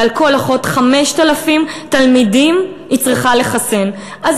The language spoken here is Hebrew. וכל אחות צריכה לחסן 5,000 תלמידים.